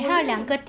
我也